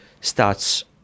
starts